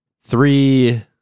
three